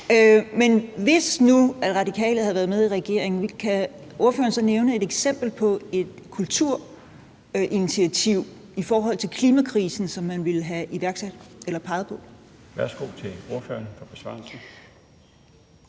Men hvis nu Radikale havde været med i regering, kunne ordføreren så nævne et eksempel på et kulturinitiativ i forhold til klimakrisen, som man ville have iværksat eller peget på? Kl. 14:09 Den fg. formand